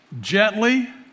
gently